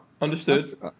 understood